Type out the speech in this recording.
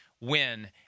win